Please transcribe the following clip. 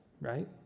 right